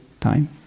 time